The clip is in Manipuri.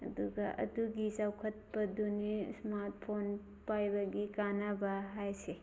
ꯑꯗꯨꯒ ꯑꯗꯨꯒꯤ ꯆꯥꯎꯈꯠꯄꯗꯨꯅꯤ ꯏꯁꯃꯥꯔꯠ ꯐꯣꯟ ꯄꯥꯏꯕꯒꯤ ꯀꯥꯟꯅꯕ ꯍꯥꯏꯁꯦ